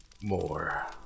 More